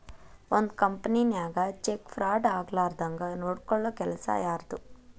ಒಂದ್ ಕಂಪನಿನ್ಯಾಗ check fraud ಆಗ್ಲಾರ್ದಂಗ್ ನೊಡ್ಕೊಲ್ಲೊ ಕೆಲಸಾ ಯಾರ್ದು?